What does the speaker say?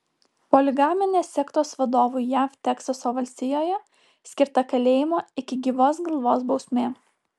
poligaminės sektos vadovui jav teksaso valstijoje skirta kalėjimo iki gyvos galvos bausmė